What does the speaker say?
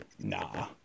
Nah